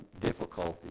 difficulties